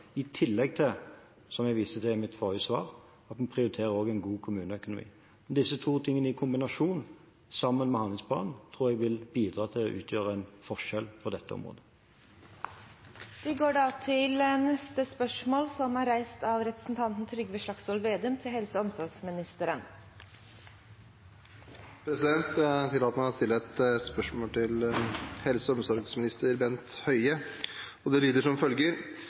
i tillegg til, som jeg viste til i mitt forrige svar, at vi også prioriterer en god kommuneøkonomi. Disse to tingene i kombinasjon, sammen med handlingsplanen, tror jeg vil bidra til å utgjøre en forskjell på dette området. Vi går nå tilbake til spørsmål 20. Jeg tillater meg å stille et spørsmål til helse- og omsorgsminister Bent Høie: «Vi har sett et